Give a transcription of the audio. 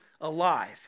alive